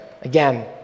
again